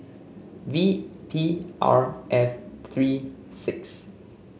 V P R F three six